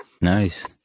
Nice